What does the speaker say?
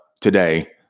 today